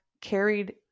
carried